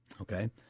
Okay